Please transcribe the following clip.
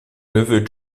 neveu